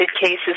cases